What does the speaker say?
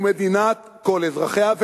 ומדינת כל אזרחיה,